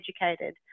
educated